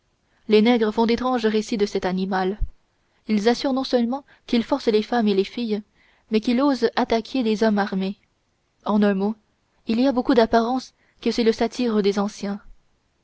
les nègres font d'étranges récits de cet animal ils assurent non seulement qu'il force les femmes et les filles mais qu'il ose attaquer des hommes armés en un mot il y a beaucoup d'apparence que c'est le satyre des anciens